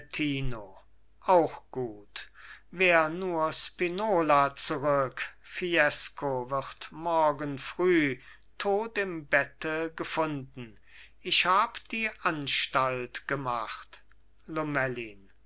gianettino auch gut wär nur spinola zurück fiesco wird morgen früh tot im bette gefunden ich hab die anstalt gemacht